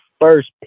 first